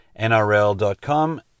NRL.com